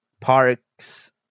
park's